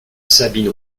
sabine